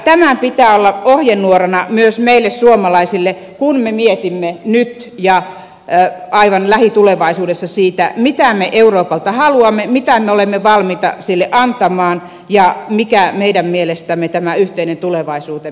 tämän pitää olla ohjenuorana myös meille suomalaisille kun me mietimme nyt ja aivan lähitulevaisuudessa sitä mitä me euroopalta haluamme mitä me olemme valmiita sille antamaan ja mikä meidän mielestämme tämä yhteinen tulevaisuutemme on